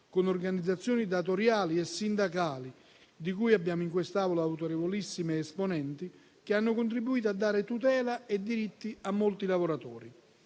con organizzazioni datoriali e sindacali, di cui abbiamo in quest'Aula autorevolissimi esponenti, che hanno contribuito a dare tutela e diritti a molti lavoratori.